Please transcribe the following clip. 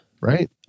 Right